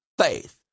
faith